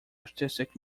artistic